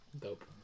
dope